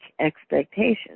expectations